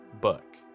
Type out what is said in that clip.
book